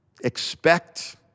Expect